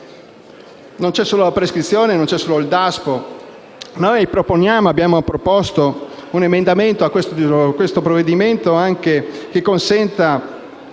Non c'è solo la prescrizione, non c'è solo il Daspo. Noi abbiamo proposto un emendamento a questo provvedimento che consenta